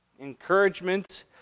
encouragement